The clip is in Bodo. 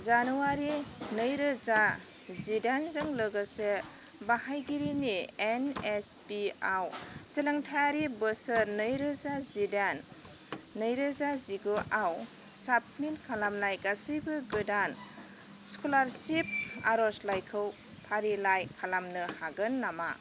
जिद' जानुवारि नैरोजा जिदाइनजों लोगोसे बाहायगिरिनि एन एस पि आव सोलोंथायारि बोसोर नैरोजा जिदाइन नैरोजा जिगुआव साबमिट खालामनाय गासिबो गोदान स्कलारसिप आर'जलाइखौ फारिलाइ खालामनो हागोन नामा